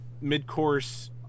Mid-course